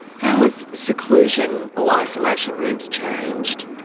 how have seclusion or isolation rooms changed?